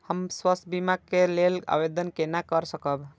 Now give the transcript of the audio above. हम स्वास्थ्य बीमा के लेल आवेदन केना कै सकब?